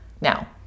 Now